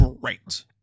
great